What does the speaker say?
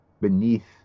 beneath